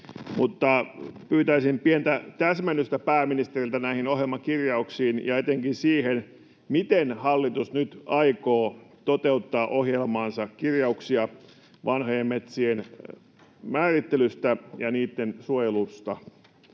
pyytäisin pientä täsmennystä pääministeriltä näihin ohjelman kirjauksiin ja etenkin siihen, miten hallitus nyt aikoo toteuttaa ohjelmansa kirjauksia vanhojen metsien määrittelystä ja niitten suojelusta.